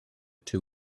two